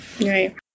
Right